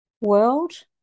world